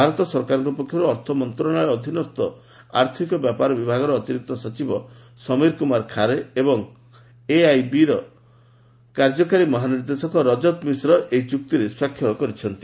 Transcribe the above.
ଭାରତ ସରକାରଙ୍କ ପକ୍ଷରୁ ଅର୍ଥ ମନ୍ତ୍ରଣାଳୟ ଅଧୀନ ଆର୍ଥିକ ବ୍ୟାପାର ବିଭାଗର ଅତିରିକ୍ତ ସଚିବ ସମୀର କୁମାର ଖାରେ ଏବଂ ଏଆଇଆଇବି ପକ୍ଷରୁ କାର୍ଯ୍ୟକାରୀ ମହାନିର୍ଦ୍ଦେଶକ ରଜତ ମିଶ୍ର ଏହି ଚୁକ୍ତିରେ ସ୍ୱାକ୍ଷର କରିଛନ୍ତି